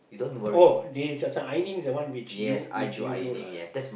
oh this certain ironing which you which you do lah